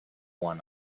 one